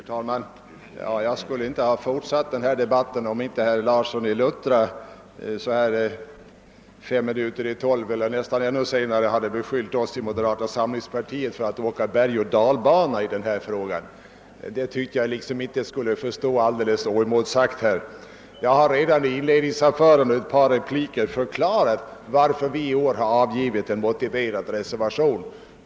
Herr talman! Jag skulle inte ha fortsatt den här debatten om inte herr Larsson i Luttra fem minuter i tolv eller nästan ännu senare hade beskyllt oss i moderata samlingsparitet för att åka bergoch dalbana i denna fråga. Det tycker jag inte skall få stå oemotsagt. Jag förklarade redan i mitt inledningsanförande och sedan i ett par repliker varför vi i år har avgivit en motiverad reservation.